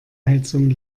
heizung